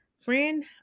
friend